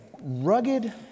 rugged